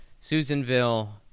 Susanville